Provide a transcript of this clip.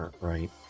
right